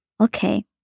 Okay